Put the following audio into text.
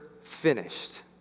finished